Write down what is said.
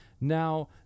Now